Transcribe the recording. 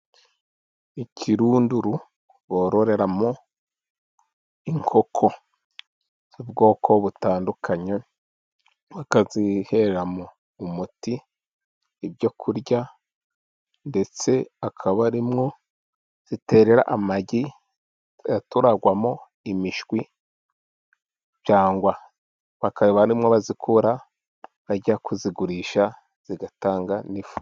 ikirunduru bororeramo inkoko z'ubwoko butandukanye bakaziheramo umuti, ibyoku kurya, ndetse akaba arimwo ziterera amagi aturangwamo imishwi, cyangwa bakaba arimwo bazikura bajya kuzigurisha, zigatanga n'ifu.